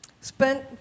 spent